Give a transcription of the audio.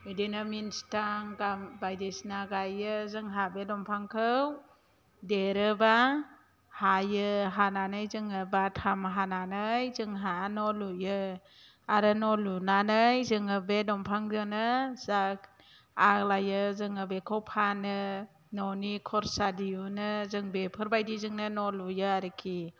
बिदिनो मोन्सिथां बायदिसिना गायो जोंहा बे दंफांखौ देरोब्ला हायो हानानै जोङो बाथाम हानानै जोंहा न' लुयो आरो न' लुनानै जोङो बे दंफांजोंनो जा आग्लायो जोङो बेखौ फानो न'नि खरसा दिहुनो जों बेफोरबायदिजोंनो न' लुयो आरोखि